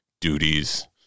duties